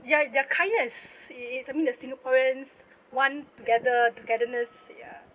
ya their kindness is I mean the singaporeans one together togetherness ya